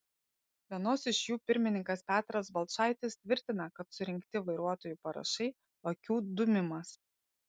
vienos iš jų pirmininkas petras balčaitis tvirtina kad surinkti vairuotojų parašai akių dūmimas